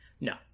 No